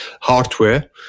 hardware